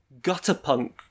gutterpunk